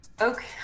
Okay